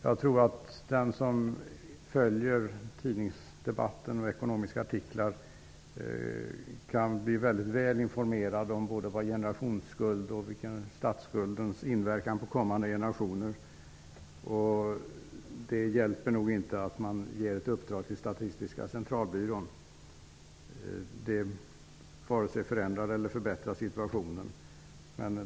Jag tror att den som följer tidningsdebatten och läser ekonomiska artiklar blir väldigt väl informerad om både generationsskulden och statsskuldens inverkan på kommande generationer. Det hjälper nog inte att man ger ett uppdrag till Statistiska centralbyrån. Det varken förändrar eller förbättrar situationen.